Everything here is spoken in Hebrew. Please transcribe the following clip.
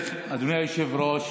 אדוני היושב-ראש,